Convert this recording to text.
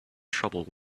trouble